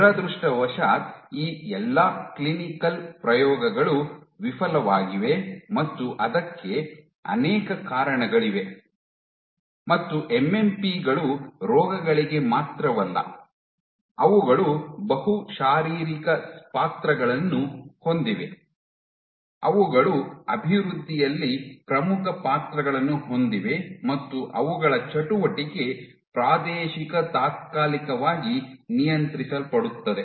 ದುರದೃಷ್ಟವಶಾತ್ ಈ ಎಲ್ಲಾ ಕ್ಲಿನಿಕಲ್ ಪ್ರಯೋಗಗಳು ವಿಫಲವಾಗಿವೆ ಮತ್ತು ಅದಕ್ಕೆ ಅನೇಕ ಕಾರಣಗಳಿವೆ ಮತ್ತು ಎಂಎಂಪಿ ಗಳು ರೋಗಗಳಿಗೆ ಮಾತ್ರವಲ್ಲ ಅವುಗಳು ಬಹು ಶಾರೀರಿಕ ಪಾತ್ರಗಳನ್ನು ಹೊಂದಿವೆ ಅವುಗಳು ಅಭಿವೃದ್ಧಿಯಲ್ಲಿ ಪ್ರಮುಖ ಪಾತ್ರಗಳನ್ನು ಹೊಂದಿವೆ ಮತ್ತು ಅವುಗಳ ಚಟುವಟಿಕೆ ಪ್ರಾದೇಶಿಕ ತಾತ್ಕಾಲಿಕವಾಗಿ ನಿಯಂತ್ರಿಸಲ್ಪಡುತ್ತದೆ